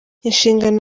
inshingano